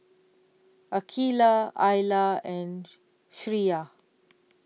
Aqeelah Alya and Syirah